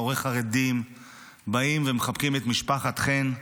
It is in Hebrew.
אתה רואה חרדים באים ומחבקים את משפחת חן.